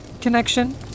connection